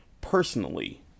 personally